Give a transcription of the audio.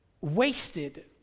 wasted